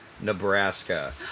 Nebraska